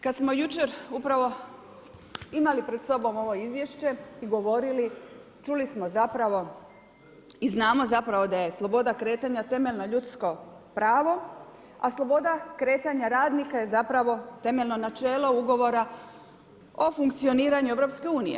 Kada smo jučer upravo imali pred sobom ovo izvješće i govorili, čuli smo zapravo i znamo zapravo da je sloboda kretanja temeljno ljudsko prava, a sloboda kretanja radnika je zapravo temeljno načelo ugovora o funkcioniranju EU.